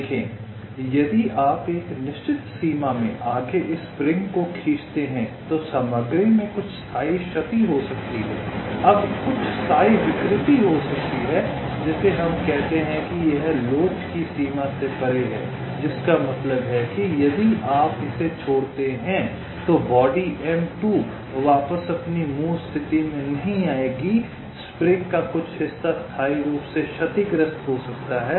देखें यदि आप एक निश्चित सीमा से आगे इस स्प्रिंग को खींचते हैं तो सामग्री में कुछ स्थायी क्षति हो सकती है अब कुछ स्थायी विकृति हो सकती है जिसे हम कहते हैं कि यह लोच की सीमा से परे है जिसका मतलब है कि यदि आप इसे छोड़ते हैं हैं तो बॉडी m2 वापस अपनी मूल स्थिति में नहीं आएगा स्प्रिंग का कुछ हिस्सा स्थायी रूप से क्षतिग्रस्त हो सकता है